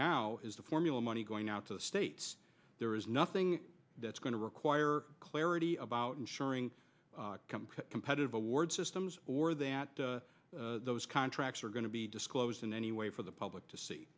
now is the formula money going out to the states there is nothing that's going to require clarity about insuring competitive award systems or that those contracts are going to be disclosed in any way for the public to see